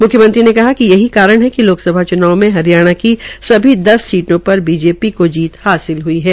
म्ख्यमंत्री ने कहा कि यही कारण है कि लोकसभा च्नाव में हरियाणा की सभी दस सीटों पर भारतीय जनता पार्टी को जीत हासिल हुई है